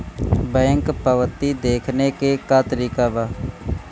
Bank पवती देखने के का तरीका बा?